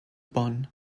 bonn